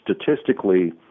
statistically